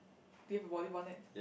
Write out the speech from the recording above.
do you have a volleyball net